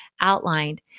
outlined